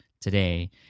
today